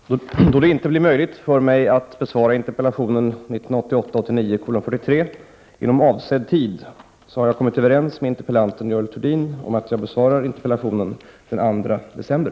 Herr talman! På grund av min arbetsbelastning är det inte möjligt för mig att besvara interpellation 1988/89:43 inom föreskriven tid, och jag har därför kommit överens med interpellanten, Görel Thurdin, att jag skall besvara interpellationen den 2 december.